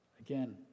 Again